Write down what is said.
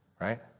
right